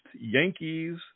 Yankees